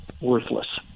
worthless